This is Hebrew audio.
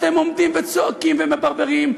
אתם עומדים וצועקים ומברברים,